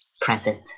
present